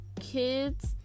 kids